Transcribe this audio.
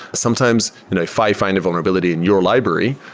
sometimes if i find a vulnerability in your library,